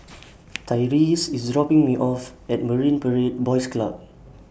Tyreese IS dropping Me off At Marine Parade Boys Club